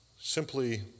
simply